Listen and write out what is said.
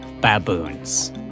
baboons